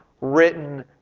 written